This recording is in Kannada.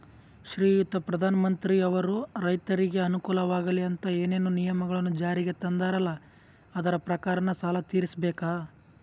ಶ್ರೀಯುತ ಪ್ರಧಾನಮಂತ್ರಿಯವರು ರೈತರಿಗೆ ಅನುಕೂಲವಾಗಲಿ ಅಂತ ಏನೇನು ನಿಯಮಗಳನ್ನು ಜಾರಿಗೆ ತಂದಾರಲ್ಲ ಅದರ ಪ್ರಕಾರನ ಸಾಲ ತೀರಿಸಬೇಕಾ?